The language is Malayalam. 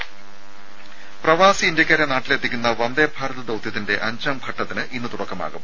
രുഭ പ്രവാസി ഇന്ത്യക്കാരെ നാട്ടിലെത്തിക്കുന്ന വന്ദേഭാരത് ദൌത്യത്തിന്റെ അഞ്ചാം ഘട്ടത്തിന് ഇന്ന് തുടക്കമാകും